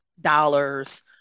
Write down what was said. dollars